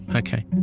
and ok,